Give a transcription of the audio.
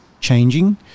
changing